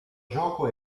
gioco